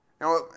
Now